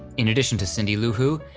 in addition to cindy-lou who,